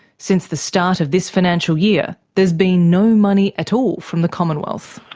since the start of this financial year, there's been no money at all from the commonwealth.